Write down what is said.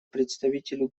представителю